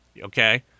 okay